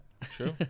True